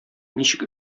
ничек